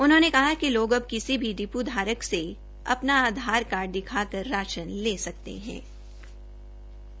उन्होंने कहा कि लोग अब किसी भी डिपूधारक से अपना आधार कार्ड दिखाकर राशन ले सकेंगें